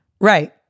right